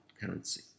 currency